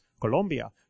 Colombia